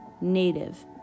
Native